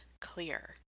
clear